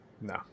No